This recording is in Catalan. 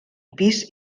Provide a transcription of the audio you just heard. pis